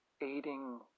aiding